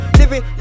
living